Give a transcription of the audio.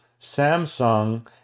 Samsung